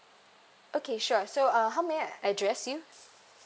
okay sure so uh how may I address you